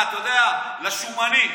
אתה יודע את האמת.